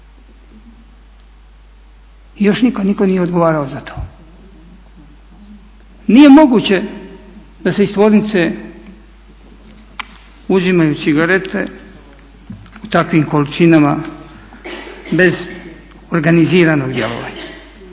nitko nije odgovarao za to. Nije moguće da se iz tvornice uzimaju cigarete u takvim količinama bez organiziranog djelovanja.